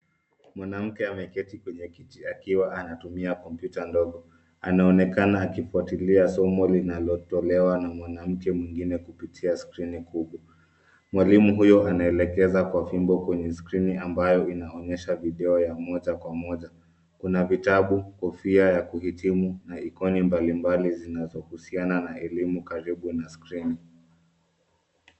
Mwanamke ameketi kwenye kiti akiwa anatumia kompyuta ndogo. Anaonekana akifuatilia somo linalotolewa na mwanamke mwingine kupitia skrini kubwa. Mwalimu huyo anaelekeza kwa fimbo kwenye skrini ambayo inaonyesha video ya moja kwa moja. Kuna vitabu, kofia ya kuhitimu, na ikoni mbali mbali zinazohusiana na elimu karibu na skrini.